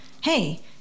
hey